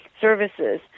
services